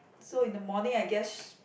so in the morning I guess sh~